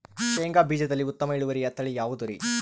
ಶೇಂಗಾ ಬೇಜದಲ್ಲಿ ಉತ್ತಮ ಇಳುವರಿಯ ತಳಿ ಯಾವುದುರಿ?